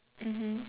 mmhmm